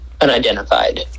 unidentified